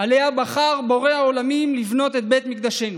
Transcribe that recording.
שעליה בחר בורא העולם לבנות את בית מקדשנו.